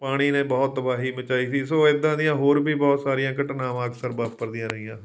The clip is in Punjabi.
ਪਾਣੀ ਨੇ ਬਹੁਤ ਤਬਾਹੀ ਮਚਾਈ ਸੀ ਸੋ ਇੱਦਾਂ ਦੀਆਂ ਹੋਰ ਵੀ ਬਹੁਤ ਸਾਰੀਆਂ ਘਟਨਾਵਾਂ ਅਕਸਰ ਵਾਪਰਦੀਆਂ ਰਹੀਆਂ ਹਨ